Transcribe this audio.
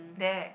there